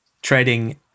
Trading